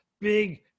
big